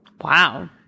Wow